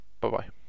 Bye-bye